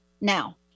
Now